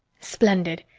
splendid!